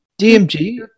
DMG